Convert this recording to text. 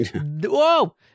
Whoa